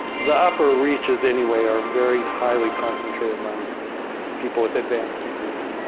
the upper reaches anyway are very highly concentrated among people with advanced degrees.